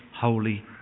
holy